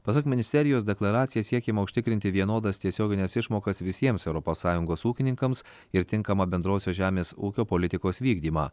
pasak ministerijos deklaracija siekiama užtikrinti vienodas tiesiogines išmokas visiems europos sąjungos ūkininkams ir tinkamą bendrosios žemės ūkio politikos vykdymą